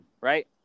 Right